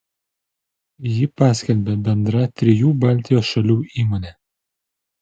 jį paskelbė bendra trijų baltijos šalių įmonė